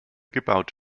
gebaut